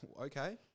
okay